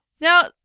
Now